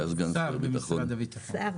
בסדר,